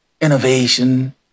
innovation